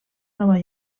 nova